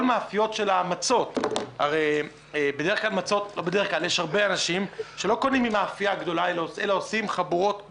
בדרך כלל יש אנשים שלא קונים ממאפייה אלא מתארגנים בחבורות בשכונות.